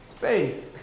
faith